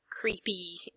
creepy